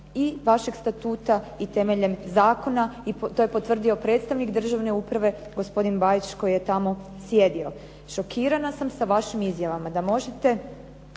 i vašeg statuta i temeljem zakona i to je potvrdio predstavnik državne uprave gospodin Bajić koji je tamo sjedio. Šokirana sam sa vašim izjavama da možete,